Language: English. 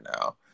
now